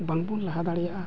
ᱵᱟᱝᱵᱚᱱ ᱞᱟᱦᱟ ᱫᱟᱲᱮᱭᱟᱜᱼᱟ